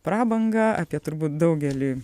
prabanga apie turbūt daugeliui